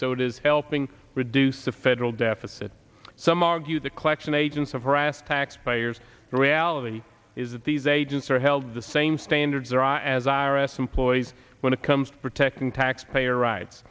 is helping reduce the federal deficit some argue the collection agents of harassed taxpayers the reality is that these agents are held the same standards there are as i r s employees when it comes to protecting taxpayer ri